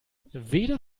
weder